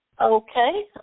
Okay